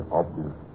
obvious